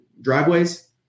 driveways